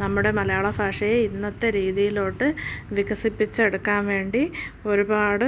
നമ്മുടെ മലയാള ഭാഷയെ ഇന്നത്തെ രീതിയിലോട്ട് വികസിപ്പിച്ചെടുക്കാൻ വേണ്ടി ഒരുപാട്